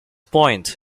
point